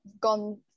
gone